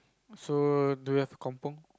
so do you have Kampung